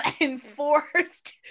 enforced